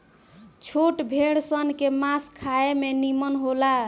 छोट भेड़ सन के मांस खाए में निमन होला